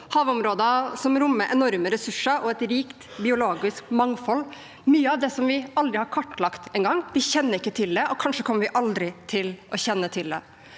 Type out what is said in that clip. havområder som rommer enorme ressurser og et rikt biologisk mangfold. Det er mye av det som vi aldri har kartlagt engang. Vi kjenner ikke til det, og kanskje kommer vi aldri til å kjenne til det.